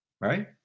right